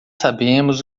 sabemos